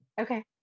Okay